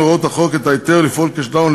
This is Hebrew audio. מהוראות החוק את ההיתר לפעול כשדלן,